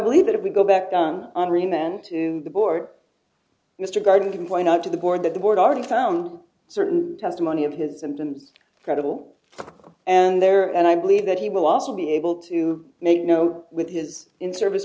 believe that if we go back on remand to the board mr gardner can point out to the board that the board already found certain testimony of his symptoms credible and there and i believe that he will also be able to make note with his in service